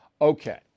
Okay